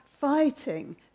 fighting